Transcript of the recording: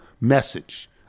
message